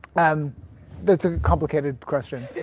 um that's a complicated question.